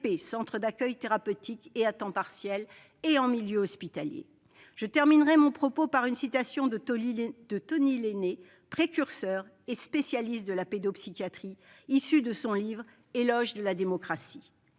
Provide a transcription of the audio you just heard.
centres d'accueil thérapeutique à temps partiel -et en milieu hospitalier. Je terminerai mon propos par une citation de Tony Lainé, précurseur et spécialiste de la pédopsychiatrie, extraite de son livre :« Il me